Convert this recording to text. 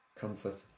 Comfort